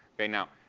okay. now,